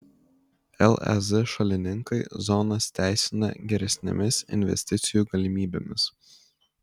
lez šalininkai zonas teisina geresnėmis investicijų galimybėmis